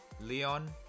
Leon